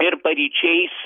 ir paryčiais